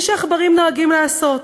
כפי שעכברים נוהגים לעשות.